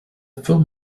film